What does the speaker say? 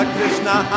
Krishna